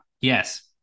Yes